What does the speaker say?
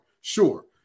Sure